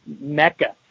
Mecca